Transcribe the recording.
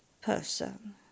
person